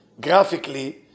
graphically